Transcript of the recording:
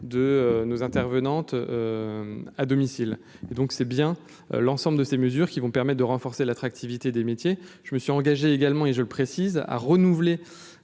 de nos intervenantes à domicile et donc c'est bien l'ensemble de ces mesures qui vont permet de renforcer l'attractivité des métiers, je me suis engagé également et je le précise, à renouveler